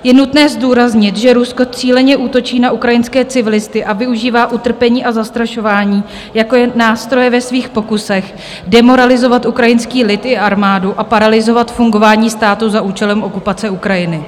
Je nutné zdůraznit, že Rusko cíleně útočí na ukrajinské civilisty a využívá utrpení a zastrašování jako nástroje ve svých pokusech demoralizovat ukrajinský lid i armádu a paralyzovat fungování státu za účelem okupace Ukrajiny.